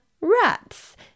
rats